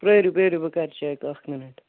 پِیٲرِو پِیٲرِو بہٕ کَر چیٚک اَکھ مِنٹ